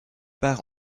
part